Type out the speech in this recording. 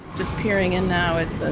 just peering and now it's this.